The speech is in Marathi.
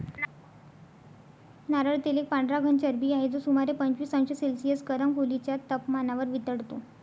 नारळ तेल एक पांढरा घन चरबी आहे, जो सुमारे पंचवीस अंश सेल्सिअस गरम खोलीच्या तपमानावर वितळतो